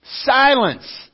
silence